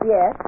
Yes